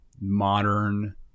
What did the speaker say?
modern